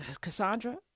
Cassandra